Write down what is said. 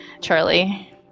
Charlie